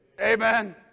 Amen